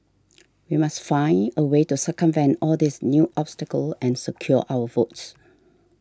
we must find a way to circumvent all these new obstacles and secure our votes